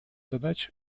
задач